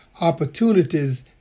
opportunities